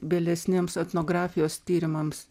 vėlesniems etnografijos tyrimams